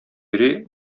йөри